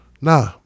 Nah